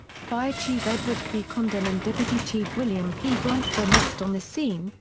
fire chief edward p. condon and deputy chief william p. brunt were next on the scene,